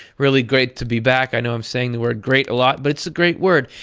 really great to be back. i know i'm saying the word great a lot, but it's a great word,